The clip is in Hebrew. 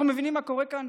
אנחנו מבינים מה קורה כאן?